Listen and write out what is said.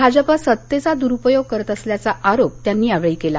भाजपा सत्तेचा द्रुपयोग करत असल्याचा आरोप त्यांनी यावेळी केला